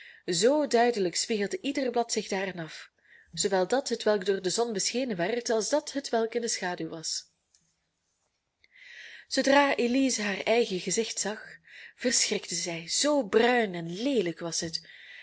zoo duidelijk spiegelde ieder blad zich daarin af zoowel dat hetwelk door de zon beschenen werd als dat hetwelk in de schaduw was zoodra elize haar eigen gezicht zag verschrikte zij zoo bruin en leelijk was het